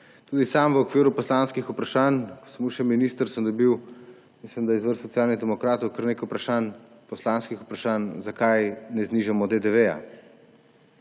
Tudi sam sem v okviru poslanskih vprašanj, ko sem bil še minister, dobil, mislim, da iz vrst Socialnih demokratov, kar nekaj poslanskih vprašanj, zakaj ne znižamo DDV.